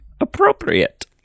appropriate